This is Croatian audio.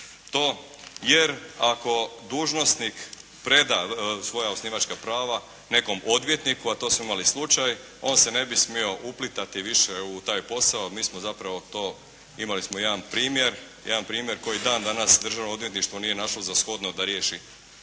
to. Jer, ako dužnosnik preda svoja osnivačka prava nekom odvjetniku, a to smo imali slučaj, on se ne bi smio uplitati više u taj posao. Mi smo zapravo to imali smo jedan primjer koje dan danas državno odvjetništvo nije našlo za shodno da riješi